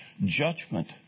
judgment